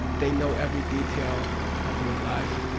they know every detail of your life.